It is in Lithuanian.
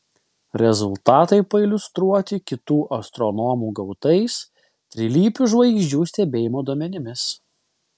rezultatai pailiustruoti kitų astronomų gautais trilypių žvaigždžių stebėjimo duomenimis